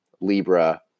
Libra